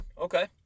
Okay